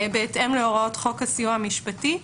בהתאם להוראות חוק הסיוע המשפטי,